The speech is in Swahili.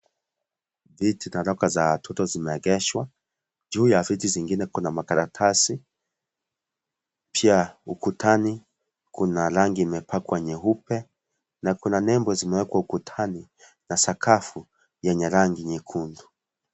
Viti na locker za watoto zimeegeshwa, juu ya viti zingine kuna makaratasi, pia ukutani kuna rangi imepakwa nyeupe na kuna nembo zimewekwa ukutani na sakafu, yenye rangi nyekundu.